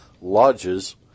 lodges